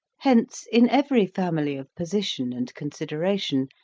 hence, in every family of position and consideration,